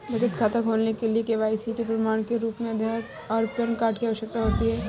बचत खाता खोलने के लिए के.वाई.सी के प्रमाण के रूप में आधार और पैन कार्ड की आवश्यकता होती है